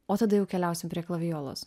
o tada jau keliausim prie klavijolos